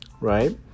right